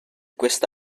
queste